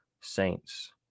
Saints